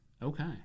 Okay